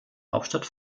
hauptstadt